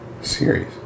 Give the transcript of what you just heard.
series